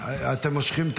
אתם מושכים?